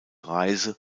reise